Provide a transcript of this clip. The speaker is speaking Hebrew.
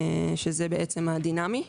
שזה בעצם הדינמי.